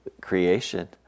creation